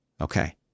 Okay